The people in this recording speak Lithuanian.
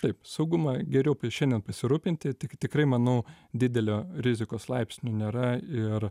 taip saugumą geriau šiandien pasirūpinti tik tikrai manau didelio rizikos laipsnio nėra ir